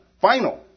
Final